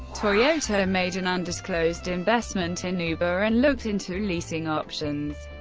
toyota made an undisclosed investment in uber and looked into leasing options,